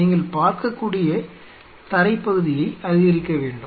நீங்கள் பார்க்கக்கூடிய தரைப் பகுதியை அதிகரிக்க வேண்டும்